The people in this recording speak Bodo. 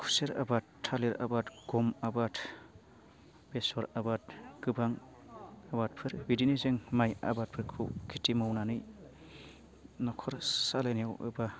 खुसेर आबाद थालिर आबाद गम आबाद बेसर आबाद गोबां आबादफोर बिदिनो जों माइ आबादफोरखौ खेथि मावनानै न'खर सालायनायाव एबा